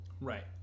Right